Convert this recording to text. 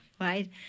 right